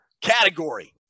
category